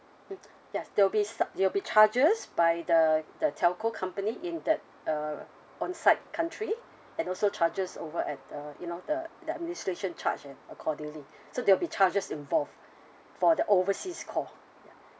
mm ya there will be sub~ there'll be charges by the the telco company in that uh onsite country and also charges over at the you know the the administration charge accordingly so there'll be charges involved for the overseas call